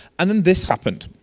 and then this happened.